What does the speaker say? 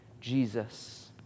Jesus